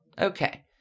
Okay